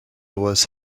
was